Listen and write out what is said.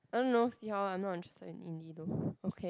I dont know see how I'm not interested in though okay